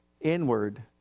inward